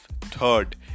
Third